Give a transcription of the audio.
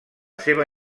seva